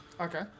Okay